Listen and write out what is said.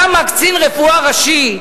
למה קצין רפואה ראשי,